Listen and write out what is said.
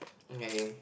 okay